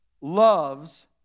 loves